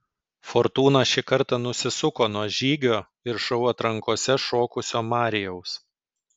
fortūna šį kartą nusisuko nuo žygio ir šou atrankose šokusio marijaus